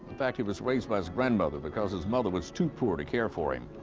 fact, he was raised by his grandmother because his mother was too poor to care for him.